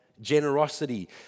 generosity